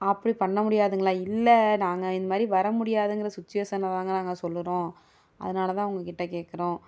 அப்படி பண்ண முடியாதுங்களா இல்லை நாங்கள் இந்த மாதிரி வர முடியாதுங்கிற சுச்சுவேஷனில்தாங்க நாங்கள் சொல்லுகிறோம் அதனால் தான் உங்கள்கிட்ட கேட்குறோம்